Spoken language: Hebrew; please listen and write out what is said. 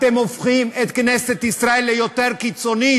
אתם הופכים את כנסת ישראל ליותר קיצונית.